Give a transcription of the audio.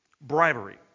Bribery